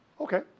Okay